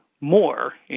more